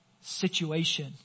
situation